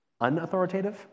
unauthoritative